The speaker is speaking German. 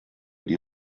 die